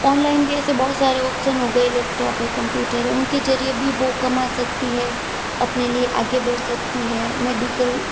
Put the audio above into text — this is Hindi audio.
अनलाइन भी ऐसे बहुत सारे ऑप्शन हो गए लैपटॉप है कंप्युटर है उनके जरिए भी वो कमा सकती है अपने लिए आगे बढ़ सकती है मेडिकल